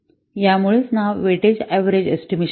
याचमुळे नाव weightage average estimation आहे